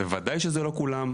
בוודאי שזה לא כולם.